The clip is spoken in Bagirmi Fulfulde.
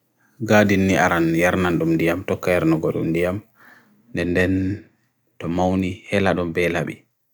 Ko hite so njangudo jango laaɓre? Jango laaɓre don fawriɗi no njangudo, nyamdu e no hokkaade ndin.